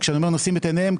וכשאני אומר נושאים את עיניהם,